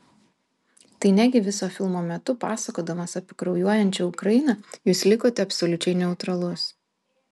tai negi viso filmo metu pasakodamas apie kraujuojančią ukrainą jūs likote absoliučiai neutralus